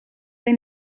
they